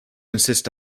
insist